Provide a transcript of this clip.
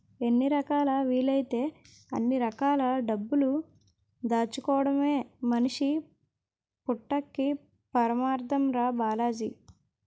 ఎన్ని రకాలా వీలైతే అన్ని రకాల డబ్బులు దాచుకోడమే మనిషి పుట్టక్కి పరమాద్దం రా బాలాజీ